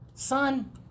son